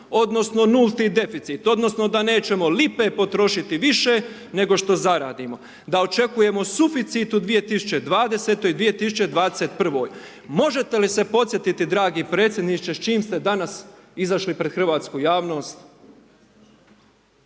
odnosno, nulti deficit, odnosno, da nećemo lipe potrošiti više nego što zaradimo. Da očekujemo suficit u 2020. i 2021. Možete li se podsjetiti dragi predsjedniče s čim ste danas izašli pred hrvatsku javnost,